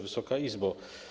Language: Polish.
Wysoka Izbo!